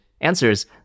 answers